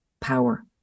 power